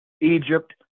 Egypt